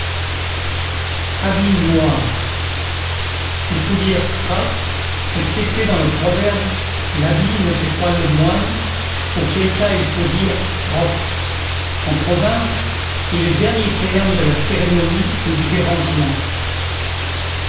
habit noir il faut dire frac excepté dans le proverbe l'habit ne fait pas le moine auquel cas il faut dire froc en province est le dernier terme de la cérémonie et du dérangement